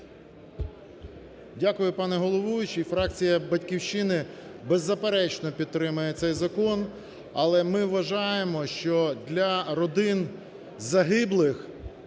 Дякую, пане головуючий. Фракція "Батьківщини" беззаперечно підтримає цей закон. Але ми вважаємо, що для родин загиблих